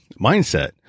mindset